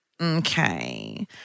okay